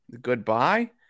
goodbye